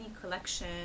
collection